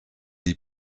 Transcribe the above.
die